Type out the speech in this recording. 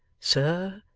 sir,